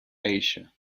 asia